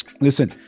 Listen